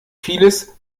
vieles